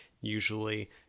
Usually